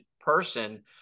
Person